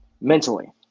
mentally